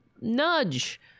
nudge